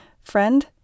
Friend